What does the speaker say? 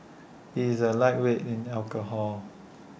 he is A lightweight in alcohol